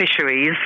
fisheries